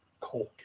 cold